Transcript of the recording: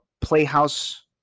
playhouse